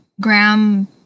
Graham